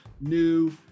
new